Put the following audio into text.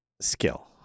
Skill